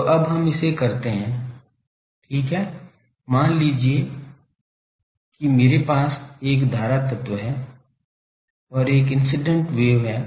तो अब हम इसे करते हैं ठीक है मान लीजिए कि मेरे पास एक धारा तत्व है और एक इंसीडेंट वेव आ रही है